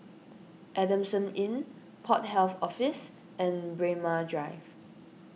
Adamson Inn Port Health Office and Braemar Drive